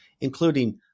including